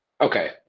Okay